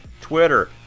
Twitter